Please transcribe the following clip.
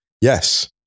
Yes